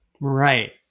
Right